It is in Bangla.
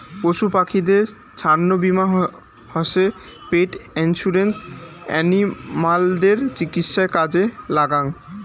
পশু পাখিদের ছাস্থ্য বীমা হসে পেট ইন্সুরেন্স এনিমালদের চিকিৎসায় কাজে লাগ্যাঙ